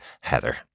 Heather